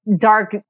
dark